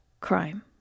crime